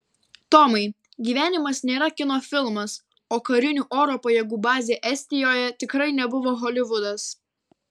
tomai gyvenimas nėra kino filmas o karinių oro pajėgų bazė estijoje tikrai nebuvo holivudas